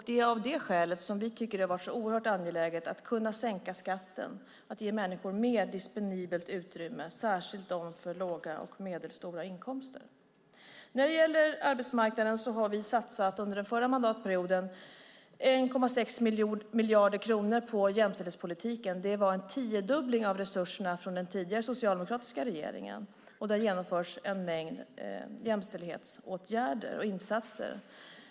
Det är av det skälet som vi tycker att det har varit så oerhört angeläget att sänka skatten och ge människor mer disponibelt utrymme, särskilt de med låga och medelhöga inkomster. När det gäller arbetsmarknaden har vi under den förra mandatperioden satsat 1,6 miljarder kronor på jämställdhetspolitiken. Det var en tiodubbling av resurserna från den tidigare socialdemokratiska regeringen. Det har genomförts en mängd jämställdhetsåtgärder och insatser.